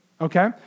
Okay